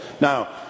Now